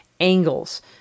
angles